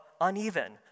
uneven